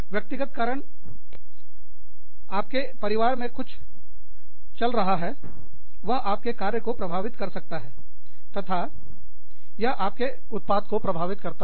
व्यक्तिगत कारण आपके परिवार में कुछ चल रहा है वह आपके कार्य को प्रभावित कर सकता है तथा यह आपके उत्पाद को प्रभावित करता है